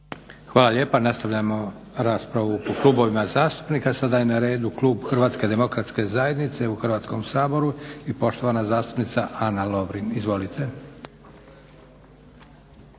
Hvala lijepa. Nastavljamo raspravu po klubovima zastupnika. Sada je na redu klub Hrvatske demokratske zajednice u Hrvatskom saboru i poštovana zastupnica Ana Lovrin. Izvolite.